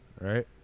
right